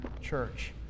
church